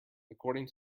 according